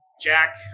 Jack